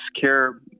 care